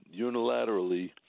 unilaterally